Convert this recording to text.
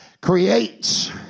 creates